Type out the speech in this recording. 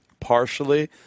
partially